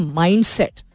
mindset